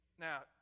Now